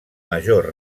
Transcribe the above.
major